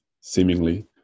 seemingly